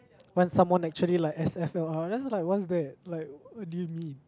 when someone actually like S_F_L_R that's like what's that like what do you mean